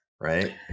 Right